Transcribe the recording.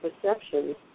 perceptions